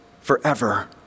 forever